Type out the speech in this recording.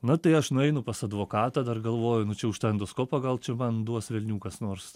na tai aš nueinu pas advokatą dar galvoju nu čia už tą endoskopą gal čia man duos velnių kas nors